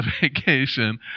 vacation